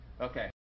Okay